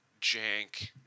jank